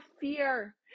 fear